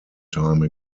time